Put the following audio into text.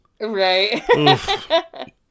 Right